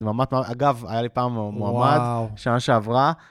אגב, היה לי פעם מועמד, שנה שעברה.